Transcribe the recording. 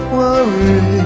worry